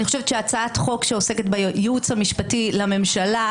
אני חושבת שהצעת חוק שעוסקת בייעוץ המשפטי לממשלה